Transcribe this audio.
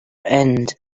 end